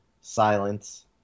silence